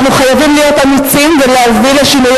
אנחנו חייבים להיות אמיצים ולהביא לשינוי